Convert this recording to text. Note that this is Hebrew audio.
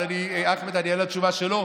אבל אני אענה לשאלה של אחמד.